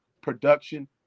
production